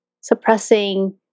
suppressing